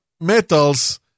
metals